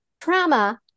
Trauma